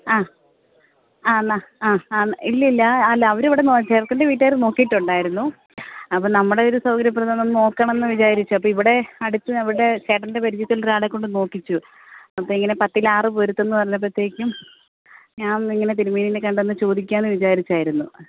ആ ആ എന്നാൽ ആ ആ ന്ന ഇല്ലില്ല അല്ല അവർ അവിടെ നോ ചെറുക്കൻറെ വീട്ടുകാർ നോക്കിയിട്ടുണ്ടായിരുന്നു അപ്പോൾ നമ്മുടെ ഒരു സൗകര്യപ്രദം നോക്കണം എന്ന് വിചാരിച്ചു അപ്പോൾ ഇവിടെ അടുത്ത് ഇവിടെ ചേട്ടൻറെ പരിചയത്തിൽ ഒരാളെ കൊണ്ട് നോക്കിച്ചു അപ്പോൾ ഇങ്ങനെ പത്തിൽ ആറ് പൊരുത്തം എന്ന് പറഞ്ഞപ്പോഴത്തേക്കും ഞാൻ ഒന്നിങ്ങനെ തിരുമേനിയെ കണ്ടൊന്ന് ചോദിക്കാം എന്ന് വിചാരിച്ചിരുന്നു